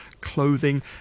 clothing